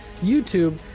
youtube